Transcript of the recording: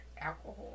Alcohol